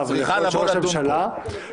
--- של ראש הממשלה -- צריכה להידון פה.